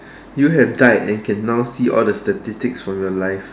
you have died and can now see all the statistics from your life